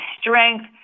strength